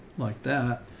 like that,